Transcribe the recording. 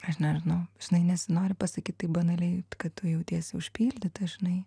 aš nežinau žinai nesinori pasakyti taip banaliai kad tu jautiesi užpildyta žinai